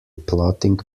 plotting